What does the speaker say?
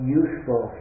useful